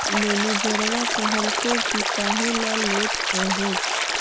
मैनेजरवा कहलको कि काहेला लेथ हहो?